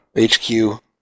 HQ